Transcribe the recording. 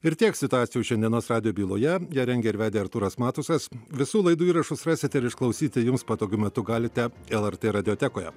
ir tiek situacijų šiandienos radijo byloje ją rengė ir vedė artūras matusas visų laidų įrašus rasite ir išklausyti jums patogiu metu galite lrt radiotekoje